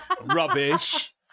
Rubbish